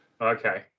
Okay